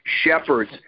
shepherds